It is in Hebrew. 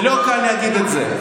זה לא קל להגיד את זה,